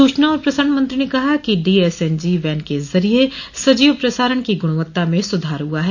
सूचना और प्रसारण मंत्रो ने कहा कि डीएसएनजी वैन के जरिये सजीव प्रसारण की गुणवत्ता में सुधार हुआ है